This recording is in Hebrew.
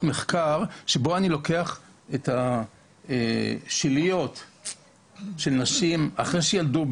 מחקר שבו אני לוקח את השליות של הנשים אחרי שילדו,